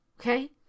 okay